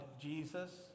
Jesus